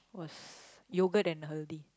was yogurt and